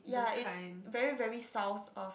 ya it's very very south of